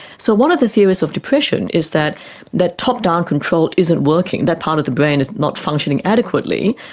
so one of the theories of depression is that that top-down control isn't working, that part of the brain is not functioning adequately,